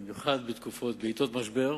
במיוחד בעתות משבר.